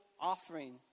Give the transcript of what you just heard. offering